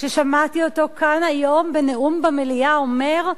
כששמעתי היום כאן היום בנאום במליאה אומר: